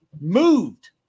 moved